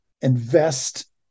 invest